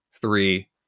three